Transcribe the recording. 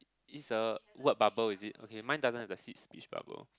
it's a word bubble is it okay mine doesn't have the speech to each bubble